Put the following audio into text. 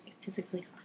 Physically